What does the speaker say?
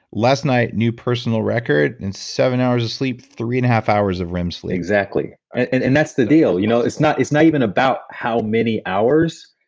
last night, new personal record in seven hours of sleep, three and a half hours of rem sleep exactly. and and that's the deal. you know it's not it's not even about how many hours,